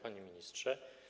Panie Ministrze!